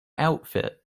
outfit